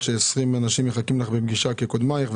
ש-20 אנשים מחכים לך לפגישה כקודמייך.